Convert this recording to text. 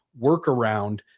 workaround